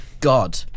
God